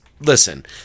Listen